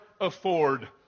afford